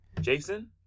Jason